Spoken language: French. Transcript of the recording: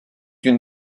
une